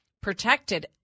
protected